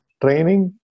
training